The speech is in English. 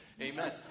amen